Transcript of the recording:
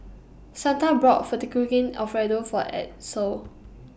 Santa brought Fettuccine Alfredo For Edsel